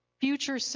future